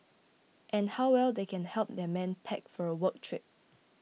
and how well they can help their men pack for a work trip